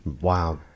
wow